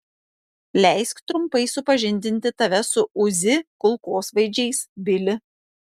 leisk trumpai supažindinti tave su uzi kulkosvaidžiais bili